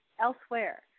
elsewhere